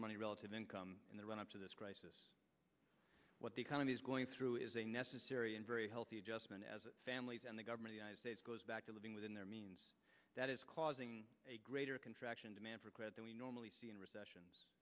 of money relative income in the run up to this crisis what the economy is going through is a necessary and very healthy adjustment as families and the government goes back to living within their means that is causing a greater contraction demand for credit than we normally see in a recession